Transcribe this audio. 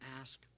ask